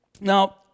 Now